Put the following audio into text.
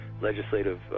legislative